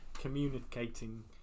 communicating